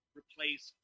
replace